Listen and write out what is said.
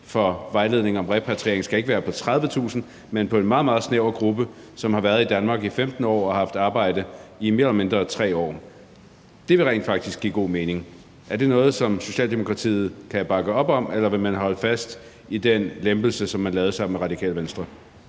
for vejledning om repatriering, ikke skal være på 30.000, men skal være en meget, meget snæver gruppe, som har været i Danmark i 15 år og haft arbejde i mere eller mindre 3 år. Det vil rent faktisk give god mening. Er det noget, som Socialdemokratiet kan bakke op om, eller vil man holde fast i den lempelse, som man lavede sammen med Radikale Venstre?